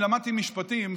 אני למדתי משפטים,